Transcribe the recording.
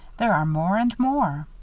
there are more and more.